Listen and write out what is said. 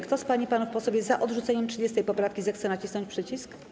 Kto z pań i panów posłów jest za odrzuceniem 30. poprawki, zechce nacisnąć przycisk.